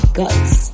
guts